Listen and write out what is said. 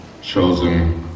chosen